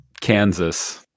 Kansas